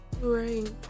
Right